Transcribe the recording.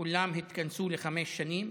כולם התכנסו לחמש שנים,